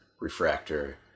Refractor